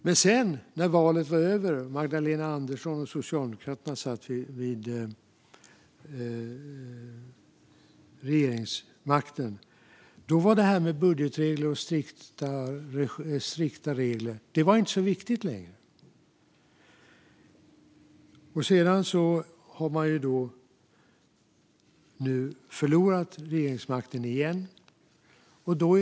Men när valet sedan var över och Magdalena Andersson och Socialdemokraterna satt vid regeringsmakten var budgetregler och strikta regler inte så viktigt längre. Sedan har man nu förlorat regeringsmakten igen.